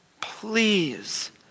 please